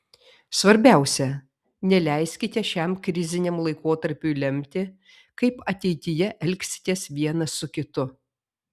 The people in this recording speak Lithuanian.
svarbiausia neleiskite šiam kriziniam laikotarpiui lemti kaip ateityje elgsitės vienas su kitu